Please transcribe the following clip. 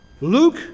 Luke